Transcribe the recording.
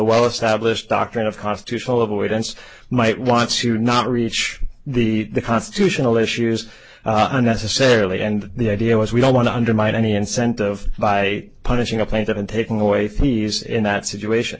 well established doctrine of constitutional avoidance might want to not reach the constitutional issues necessarily and the idea was we don't want to undermine any incentive by punishing a plaintiff and taking away theories in that situation